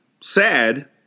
sad